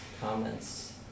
comments